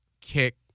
kick